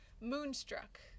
Moonstruck